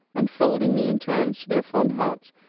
and folding me in turns to their fond hearts,